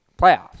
Playoffs